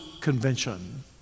Convention